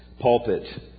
pulpit